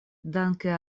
danke